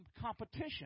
competition